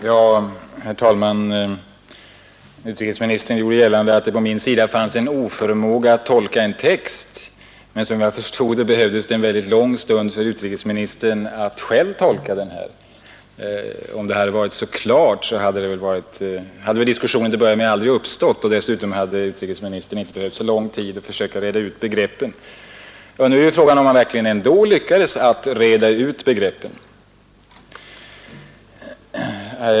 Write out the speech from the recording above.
Herr talman! Utrikesministern gjorde gällande att det hos mig fanns en oförmåga att klart tolka en text, men såvitt jag förstod tog det utrikesministern en lång stund att själv tolka den texten här. Om det hade varit så klart, hade till att börja med denna diskussion aldrig uppstått, och dessutom hade väl utrikesministern inte behövt så lång tid för att försöka reda ut begreppen. — Nu är frågan den, om han ändå verkligen lyckades reda ut begreppen.